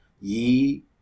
ye